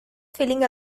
feeling